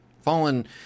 fallen